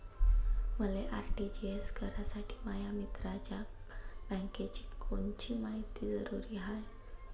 मले आर.टी.जी.एस करासाठी माया मित्राच्या बँकेची कोनची मायती जरुरी हाय?